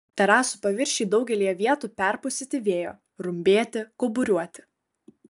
terasų paviršiai daugelyje vietų perpustyti vėjo rumbėti kauburiuoti